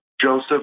Joseph